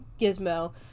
Gizmo